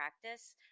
practice